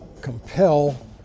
compel